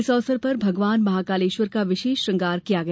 इस अवसर पर भगवान महाकालेश्वर का विशेष श्रंगार किया गया